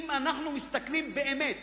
אם אנחנו מסתכלים באמת